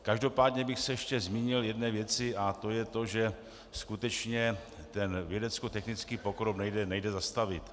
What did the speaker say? Každopádně bych se ještě zmínil o jedné věci a to je to, že skutečně ten vědeckotechnický pokrok nejde zastavit.